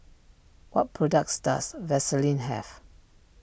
what products does Vaselin have